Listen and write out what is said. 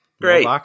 Great